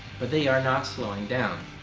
but they are not slowing down.